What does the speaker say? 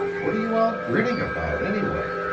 what are you all grinning about, anyway?